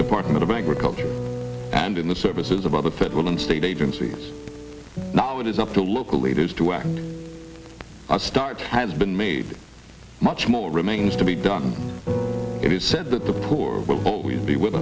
department of agriculture and in the services of other federal and state agencies now it is up to local leaders to act as start has been made much more remains to be done it is said that the poor will always be with